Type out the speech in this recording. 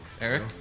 Eric